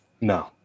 No